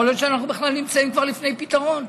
יכול להיות שאנחנו בכלל נמצאים לפני פתרון.